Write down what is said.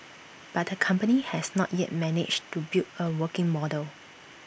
but the company has not yet managed to build A working model